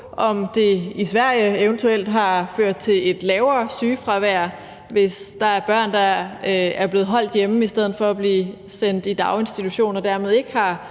om det i Sverige eventuelt har ført til et lavere sygefravær, hvis der er børn, der er blevet holdt hjemme i stedet for at blive sendt i daginstitution og dermed ikke har